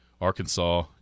Arkansas